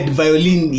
violin